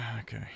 Okay